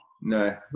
no